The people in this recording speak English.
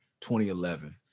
2011